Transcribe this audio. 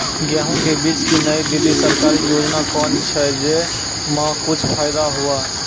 गेहूँ के बीज की नई दिल्ली सरकारी योजना कोन छ जय मां कुछ फायदा हुआ?